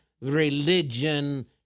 religion